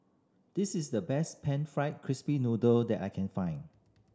this is the best pan fried crispy noodle that I can find